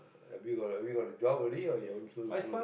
have you got a have you got a job already or you haven't s~